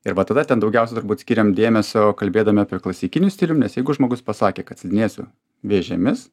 ir va tada ten daugiausia turbūt skiriam dėmesio kalbėdami apie klasikinių stilių nes jeigu žmogus pasakė kad slidinėsiu vėžėmis